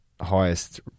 highest